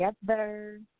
together